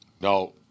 No